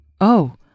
Oh